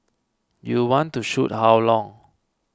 you want to shoot how long